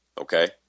Okay